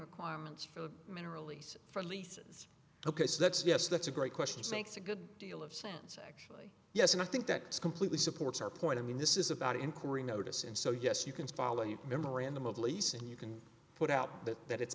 requirements for mineral leases for leases ok so that's yes that's a great question six a good deal of sense actually yes and i think that's completely supports our point i mean this is about inquiry notice and so yes you can follow your memorandum of lease and you can put out that that it's